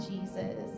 Jesus